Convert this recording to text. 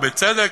ובצדק,